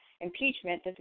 impeachment